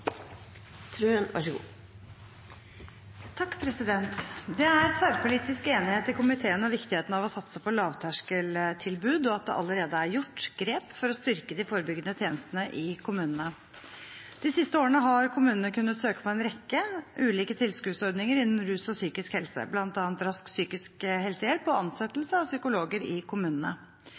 tverrpolitisk enighet i komiteen om viktigheten av å satse på lavterskeltilbud, og at det allerede er gjort grep for å styrke de forebyggende tjenestene i kommunene. De siste årene har kommunene kunnet søke på en rekke ulike tilskuddsordninger innen rus og psykisk helse, bl.a. Rask psykisk helsehjelp og ansettelse av psykologer i kommunene.